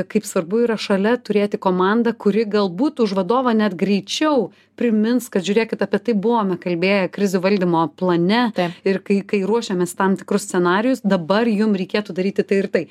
kaip svarbu yra šalia turėti komandą kuri galbūt už vadovą net greičiau primins kad žiūrėkit apie tai buvome kalbėję krizių valdymo plane ir kai kai ruošiamės tam tikrus scenarijus dabar jums reikėtų daryti tai ir tai